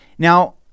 Now